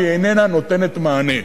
והיא איננה נותנת מענה.